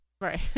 Right